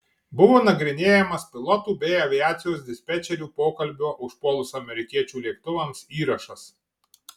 buvo nagrinėjamas pilotų bei aviacijos dispečerių pokalbio užpuolus amerikiečių lėktuvams įrašas